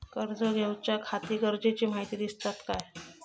कर्ज घेऊच्याखाती गरजेची माहिती दितात काय?